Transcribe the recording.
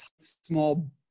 small